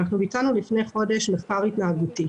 לפני חודש ביצענו מחקר התנהגותי,